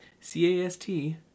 C-A-S-T